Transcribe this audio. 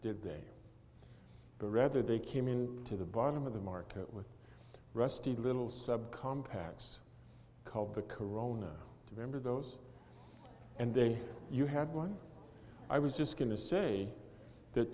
did they rather they came in to the bottom of the market with rusty little subcompacts called the corona remember those and then you had one i was just going to say that